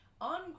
on